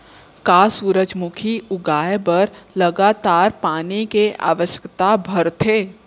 का सूरजमुखी उगाए बर लगातार पानी के आवश्यकता भरथे?